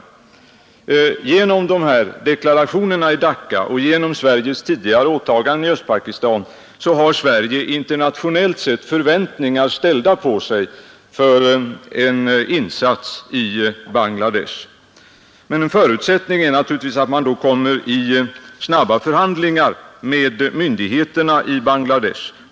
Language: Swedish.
Efter deklarationerna i Dacca och med hänsyn till Sveriges tidigare åtaganden i Östpakistan ställs det internationellt sett förväntningar på Sverige för en insats i Bangladesh. Men en förutsättning är naturligtvis att man då kommer i snabba förhandlingar med myndigheterna i Bangladesh.